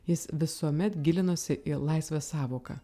jis visuomet gilinosi į laisvės sąvoką